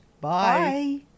Bye